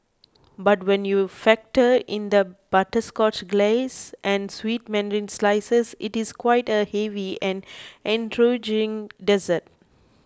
but when you factor in the butterscotch glace and sweet mandarin slices it is quite a heavy and intriguing dessert